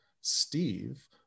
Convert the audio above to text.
Steve